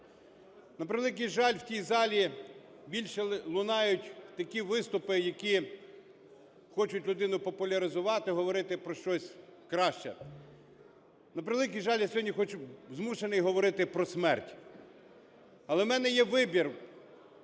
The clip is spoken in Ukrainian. На превеликий жаль, в тій залі більше лунають такі виступи, які хочуть людину популяризувати, говорити про щось краще. На превеликий жаль, я сьогодні хочу… змушений говорити про смерть. Але в мене є вибір,